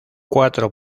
cuatro